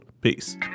Peace